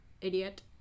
idiot